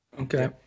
okay